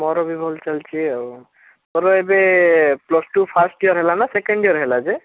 ମୋର ବି ଭଲ ଚାଲିଛି ଆଉ ତୋର ଏବେ ପ୍ଲସ୍ ଟୁ ଫାଷ୍ଟ ଇୟର ହେଲାନା ସେକେଣ୍ଡ ଇୟର ହେଲା ଯେ